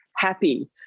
Happy